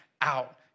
out